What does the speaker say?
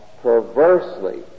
perversely